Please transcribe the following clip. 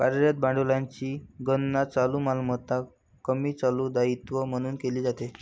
कार्यरत भांडवलाची गणना चालू मालमत्ता कमी चालू दायित्वे म्हणून केली जाते